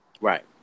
Right